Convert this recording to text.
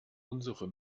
unsere